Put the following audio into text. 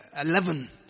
eleven